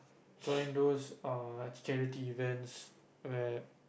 join those err charity event where